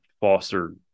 foster